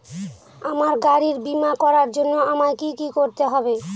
আমার গাড়ির বীমা করার জন্য আমায় কি কী করতে হবে?